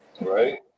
right